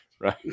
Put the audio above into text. Right